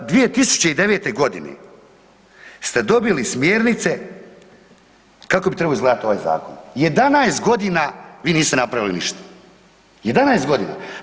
2009.g. ste dobili smjernice kako bi trebao izgledati ovaj zakon, 11 godina vi niste napravili ništa, 11 godina.